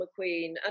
McQueen